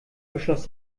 beschloss